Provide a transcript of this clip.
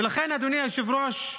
ולכן, אדוני היושב-ראש,